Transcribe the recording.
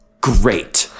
great